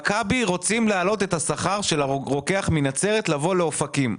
אם מכבי רוצים להעלות את השכר לרוקח מנצרת כדי שיבוא לאופקים,